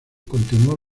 continuó